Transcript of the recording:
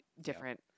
different